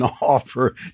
offer